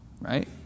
right